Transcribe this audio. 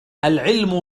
العلم